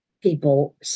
People